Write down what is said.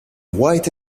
white